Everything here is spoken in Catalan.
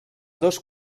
dos